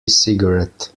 cigarette